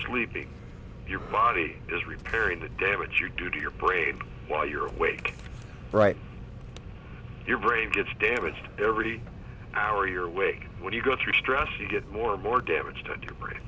sleeping your body is repairing the damage you do to your brain while you're awake right your brain gets damaged every hour your way when you go through stress you get more and more damage to